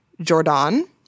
Jordan